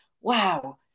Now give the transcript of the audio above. wow